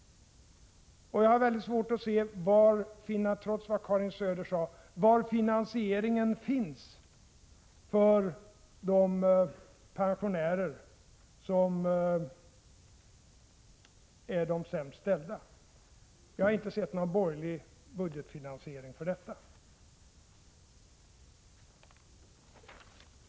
Trots vad Karin Söder sade har jag svårt att se var finansieringen finns för de pensionärer som är de sämst ställda. Jag har inte sett någon borgerlig budgetfinansiering av detta.